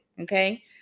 okay